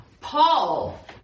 Paul